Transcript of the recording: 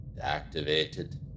activated